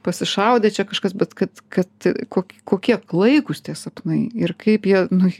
pasišaudė čia kažkas bet kad kad kokie klaikūs tie sapnai ir kaip jie nu